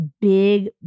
big